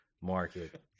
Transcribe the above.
market